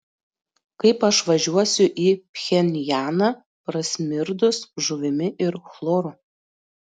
kaip aš važiuosiu į pchenjaną prasmirdus žuvimi ir chloru